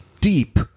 deep